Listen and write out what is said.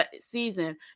season